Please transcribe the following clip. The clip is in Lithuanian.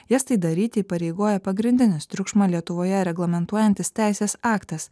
jas tai daryti įpareigoja pagrindinis triukšmą lietuvoje reglamentuojantis teisės aktas